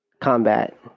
combat